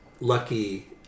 lucky